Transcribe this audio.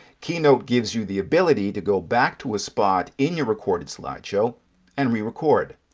keynote gives you the ability to go back to a spot in your recorded slideshow and re-record.